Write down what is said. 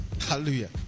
Hallelujah